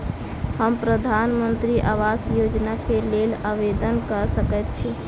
हम प्रधानमंत्री आवास योजना केँ लेल आवेदन कऽ सकैत छी?